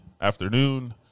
afternoon